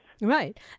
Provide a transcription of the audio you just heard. right